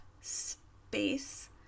space